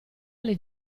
alle